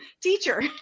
teacher